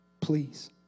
Please